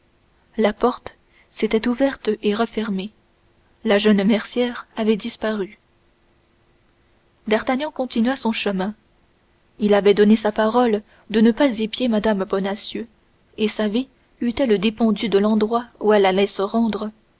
la porte s'était ouverte et refermée la jolie mercière avait disparu d'artagnan continua son chemin il avait donné sa parole de ne pas épier mme bonacieux et sa vie eût-elle dépendu de l'endroit où elle allait se rendre